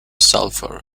sulfur